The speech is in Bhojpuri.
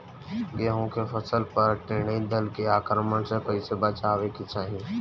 गेहुँ के फसल पर टिड्डी दल के आक्रमण से कईसे बचावे के चाही?